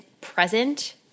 present